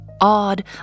odd